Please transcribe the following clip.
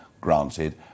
granted